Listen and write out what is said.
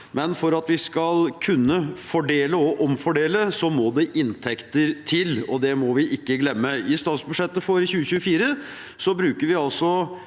Men for at vi skal kunne fordele og omfordele, må det inntekter til, og det må vi ikke glemme. I statsbudsjettet for 2024 bruker vi mer